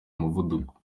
umuvuduko